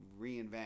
reinvent